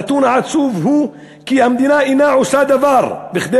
הנתון העצוב הוא כי המדינה אינה עושה דבר כדי